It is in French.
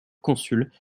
consuls